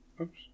Oops